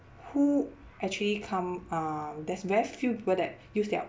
who actually come uh there's very few people that use their